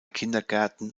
kindergärten